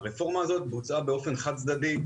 הרפורמה הזאת בוצעה באופן חד-צדדי,